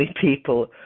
people